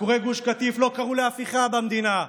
עקורי גוש קטיף לא קראו להפיכה במדינה.